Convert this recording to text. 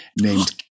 named